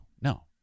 no